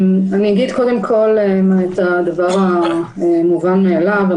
אני אגיד קודם כול את הדבר המובן מאליו.